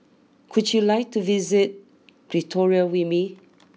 could you like to visit Pretoria with me